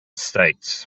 states